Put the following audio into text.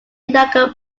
younger